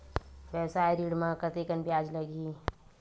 व्यवसाय ऋण म कतेकन ब्याज लगही?